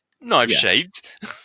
Knife-shaped